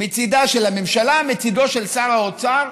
מצידה של הממשלה, מצידו של שר האוצר.